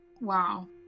Wow